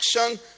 action